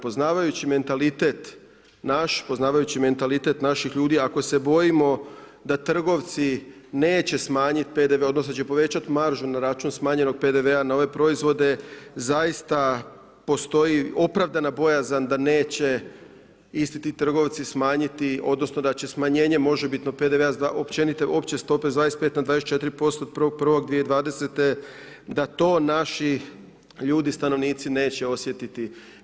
Poznavajući mentalitet naš, poznavajući mentalitet naših ljudi, ako se bojimo da trgovci neće smanjit PDV, odnosno da će povećat maržu na račun smanjenog PDV-a na ove proizvode, zaista postoji opravdana bojazan da neće isti ti trgovci smanjiti, odnosno da će smanjenje može bitno PDV-a, opće stope s 25 na 24% od 1.1.2020. da to naši ljudi, stanovnici neće osjetiti.